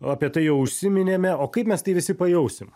apie tai jau užsiminėme o kaip mes tai visi pajausim